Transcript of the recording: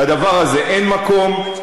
לדבר הזה אין מקום.